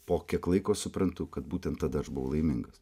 po kiek laiko suprantu kad būtent tada aš buvau laimingas